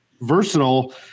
versatile